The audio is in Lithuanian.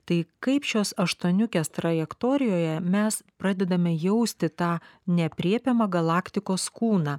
tai kaip šios aštuoniukės trajektorijoje mes pradedame jausti tą neaprėpiamą galaktikos kūną